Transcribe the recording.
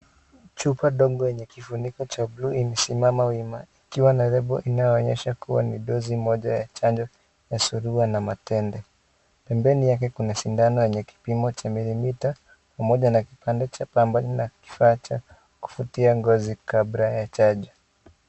Chupa ndogo chenye kifuniko cha buluu kimesimama wima, ikiwa na ikiwa na lebo inayoonyesha kuwa ni dosi moja ya chanjo ya surua na matende. Pembeni yake kuna sindano yenye kipimo ya milimita pamoja na kipande cha pamba na kifaa cha kufutia ngozi kabla ya chanjo.